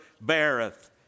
beareth